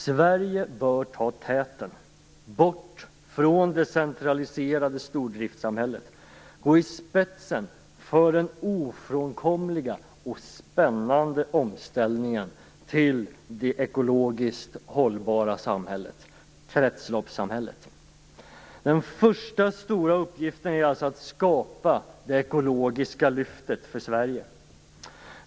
Sverige bör ta täten bort från det centraliserade stordriftssamhället och gå i spetsen för den ofrånkomliga och spännande omställningen till det ekologiskt hållbara samhället - kretsloppssamhället. Den första stora uppgiften är alltså att skapa det ekologiska lyftet för Sverige.